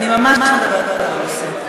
את ממש מדברת על הנושא.